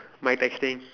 mic testing